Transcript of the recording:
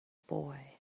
boy